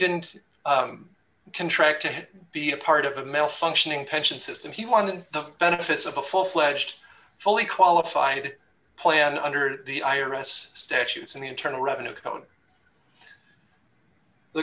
didn't contract to be a part of a male functioning pension system he wanted the benefits of a full fledged fully qualified plan under the i r s statutes and the internal revenue code